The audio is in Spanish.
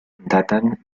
datan